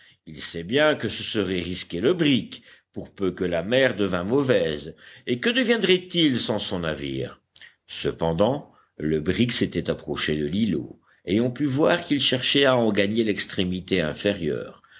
il sait bien que ce serait risquer le brick pour peu que la mer devînt mauvaise et que deviendrait-il sans son navire cependant le brick s'était approché de l'îlot et on put voir qu'il cherchait à en gagner l'extrémité inférieure